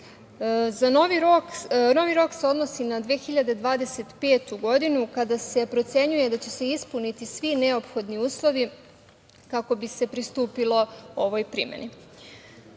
Novi rok se odnosi na 2025. godinu kada se procenjuje da će se ispuniti svi neophodni uslovi kako bi se pristupilo ovoj primeni. Danas